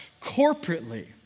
corporately